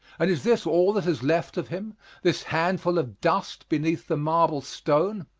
and is this all that is left of him this handful of dust beneath the marble stone?